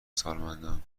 سالمندان